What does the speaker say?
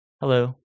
Hello